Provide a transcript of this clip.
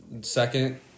second